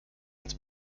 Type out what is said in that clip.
als